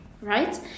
right